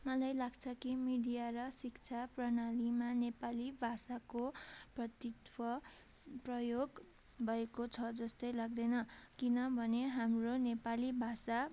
मलाई लाग्छ कि मिडिया र शिक्षा प्रणालीमा नेपाली भाषाको अस्तित्व प्रयोग भएको छ जस्तो लाग्दैन किनभने हाम्रो नेपाली भाषा